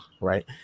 right